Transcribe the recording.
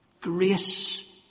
grace